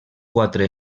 quatre